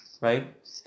Right